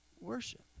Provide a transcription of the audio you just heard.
worship